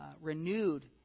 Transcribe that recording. renewed